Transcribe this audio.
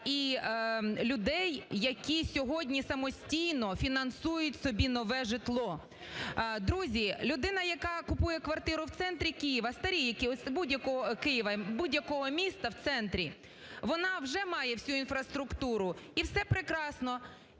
і людей, які сьогодні самостійно фінансують собі нове житло. Друзі, людина, яка купує квартиру в центрі Києва, старі які, будь-якого міста, в центрі, вона вже має всю інфраструктуру. І все прекрасно,